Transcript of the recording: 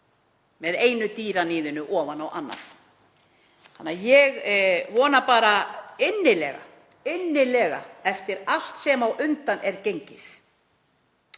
með einu dýraníðinu ofan á annað. Þannig að ég vona bara innilega eftir allt sem á undan er gengið